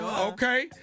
Okay